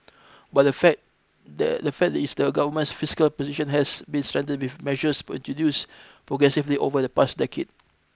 but the fact the fact is the Government's fiscal position has been strengthened with measures introduced progressively over the past decade